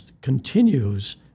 continues